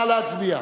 נא להצביע.